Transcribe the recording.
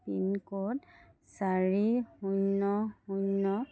pincode চাৰি শূন্য শূন্য